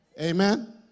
Amen